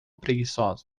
preguiçosa